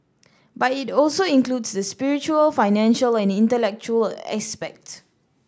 but it also includes the spiritual financial and intellectual aspect